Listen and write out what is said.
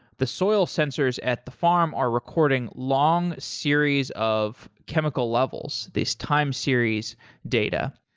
the soil sensors at the farm are recording long series of chemical levels, this time series data.